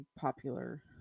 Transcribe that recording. popular